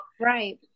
Right